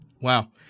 Wow